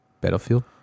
Battlefield